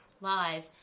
live